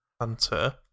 Hunter